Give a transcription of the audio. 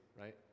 right